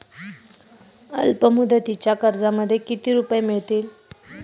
अल्पमुदतीच्या कर्जामध्ये किती रुपये मिळतील?